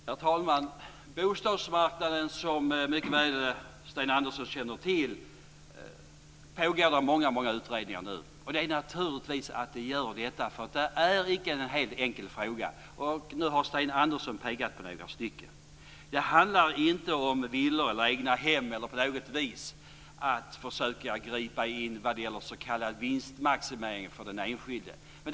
Herr talman! Kring bostadsmarknaden pågår, som Sten Andersson mycket väl känner till, många utredningar. Det är naturligtvis därför att det här inte är en helt enkel fråga. Nu har Sten Andersson pekat på några frågor. Det handlar inte om villor eller egnahem eller att på något vis försöka gripa in vad gäller s.k. vinstmaximering för den enskilde.